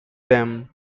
dam